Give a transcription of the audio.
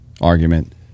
argument